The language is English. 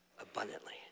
abundantly